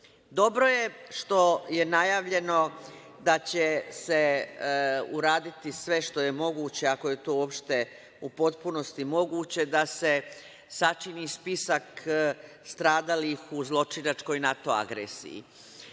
je što je najavljeno da će se uraditi sve što je moguće, ako je to uopšte u potpunosti moguće, da se sačini spisak stradalih u zločinačkoj NATO agresiji.